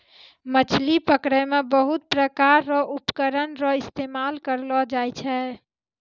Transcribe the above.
मछली पकड़ै मे बहुत प्रकार रो उपकरण रो इस्तेमाल करलो जाय छै